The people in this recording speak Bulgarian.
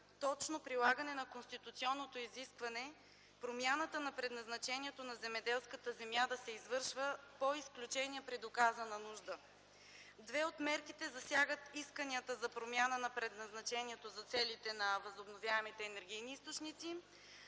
точно прилагане на конституционното изискване промяна на предназначението на земеделската земя да се извършва по изключение при доказана нужда. Две от мерките засягат исканията за промяна на предназначението за целите на възобновяемите енергийни източници,